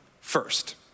first